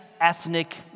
ethnic